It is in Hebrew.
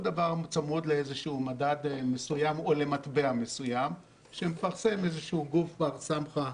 צמוד לאיזה שהוא מדד מסוים או מטבע מסוים שמפרסם איזה שהוא גוף בר סמכא.